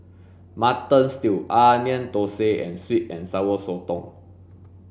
mutton stew onion thosai and sweet and sour sotong